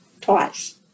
twice